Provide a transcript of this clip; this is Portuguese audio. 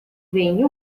vêem